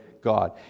God